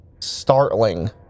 startling